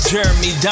Jeremy